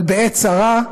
אבל בעת צרה,